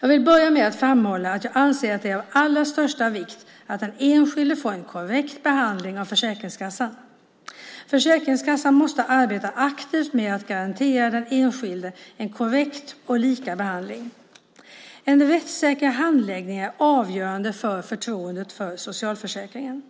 Jag vill börja med att framhålla att jag anser att det är av allra största vikt att den enskilde får en korrekt behandling av Försäkringskassan. Försäkringskassan måste arbeta aktivt med att garantera den enskilde en korrekt och lika behandling. En rättssäker handläggning är avgörande för förtroendet för socialförsäkringen.